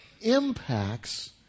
impacts